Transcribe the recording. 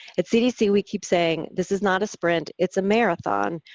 at cdc we keep saying, this is not a sprint, it's a marathon,